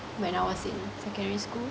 when I was in secondary school